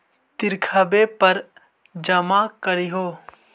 तरिखवे पर जमा करहिओ?